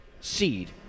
seed